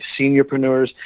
seniorpreneurs